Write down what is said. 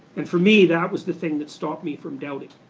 and for me that was the thing that stopped me from doubting.